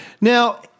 Now